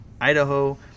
idaho